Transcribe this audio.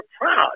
proud